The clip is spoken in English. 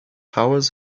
hours